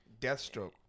Deathstroke